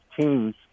teams